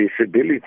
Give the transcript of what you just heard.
visibility